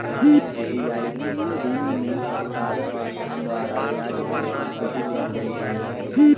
रियायती ऋण में सरकार द्वारा ब्याज पर सब्सिडी देल जाइ छइ